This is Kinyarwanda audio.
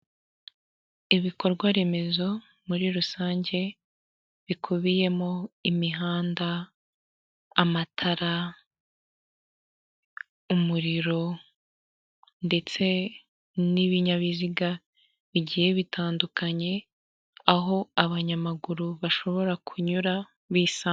Ibikorwaremezo muri rusange bikubiyemo imihanda, amatara, umuriro ndetse n'ibinyabiziga bigiye bitandukanye, aho abanyamaguru bashobora kunyura bisa